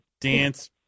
dance